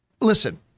Listen